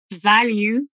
value